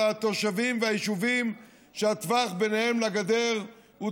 התושבים והיישובים שהטווח ביניהם לבין הגדר הוא